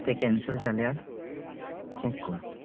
तें कॅन्सल जाल्यार चॅक कर